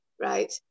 right